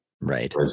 right